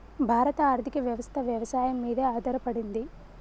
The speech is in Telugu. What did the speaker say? భారత ఆర్థికవ్యవస్ఠ వ్యవసాయం మీదే ఆధారపడింది